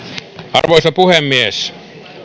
arvoisa puhemies